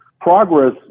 progress